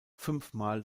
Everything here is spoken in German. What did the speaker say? fünfmal